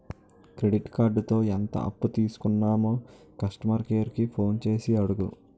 credit కార్డుతో ఎంత అప్పు తీసుకున్నామో కస్టమర్ కేర్ కి ఫోన్ చేసి అడుగు